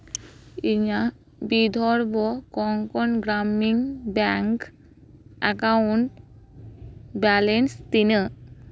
ᱤᱧᱟᱹᱜ ᱵᱤᱫᱷᱚᱨᱵᱚ ᱠᱚᱝᱠᱚᱱ ᱜᱨᱟᱢᱤᱱ ᱵᱮᱝᱠ ᱮᱠᱟᱣᱩᱱᱴ ᱵᱮᱞᱮᱱᱥ ᱛᱤᱱᱟᱹᱜ